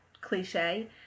cliche